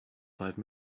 five